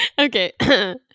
Okay